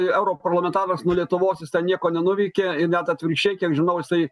europarlamentaras nuo lietuvos jis ten nieko nenuveikė ir net atvirkščiai kiek žinau jisai